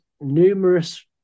numerous